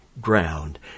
ground